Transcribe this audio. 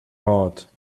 heart